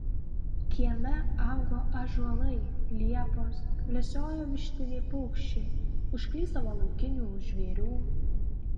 kieme augo ąžuolai liepos lesiojo vištiniai paukščiai užklysdavo laukinių žvėrių